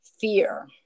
fear